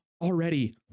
already